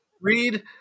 read